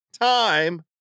time